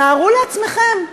תארו לעצמכם,